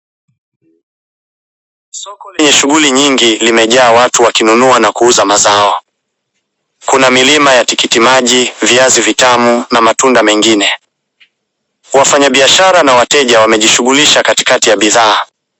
Soko lenye shuguli nyingi limejaa watu wakinunua na kuuza mazao. Kuna milima ya tikitimaji, viazi vitamu, na matunda mengine. Wafanya biashara na wateja wamejishugulisha katikati ya bidhaa.